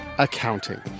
Accounting